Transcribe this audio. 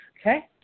Okay